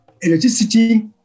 electricity